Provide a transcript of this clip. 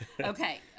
Okay